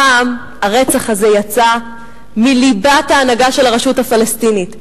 הפעם הרצח הזה יצא מליבת ההנהגה של הרשות הפלסטינית.